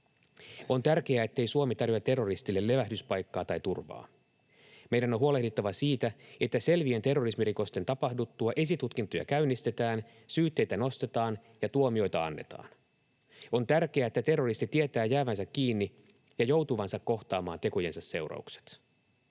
On tärkeää, ettei Suomi tarjoa terroristille levähdyspaikkaa tai turvaa. Meidän on huolehdittava siitä, että selvien terrorismirikosten tapahduttua esitutkintoja käynnistetään, syytteitä nostetaan ja tuomioita annetaan. On tärkeää, että terroristi tietää jäävänsä kiinni ja joutuvansa kohtaamaan tekojensa seuraukset.